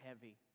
heavy